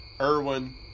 Irwin